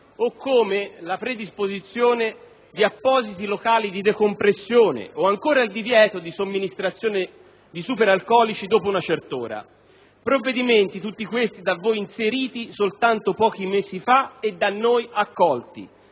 o la predisposizione di appositi locali di decompressione o, ancora, il divieto di somministrazione di superalcolici dopo una certa ora. Sono tutti provvedimenti da voi presentati solo pochi mesi fa e da noi accolti.